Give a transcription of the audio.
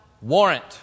warrant